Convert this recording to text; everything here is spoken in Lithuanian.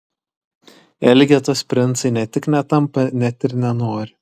elgetos princai ne tik netampa net ir nenori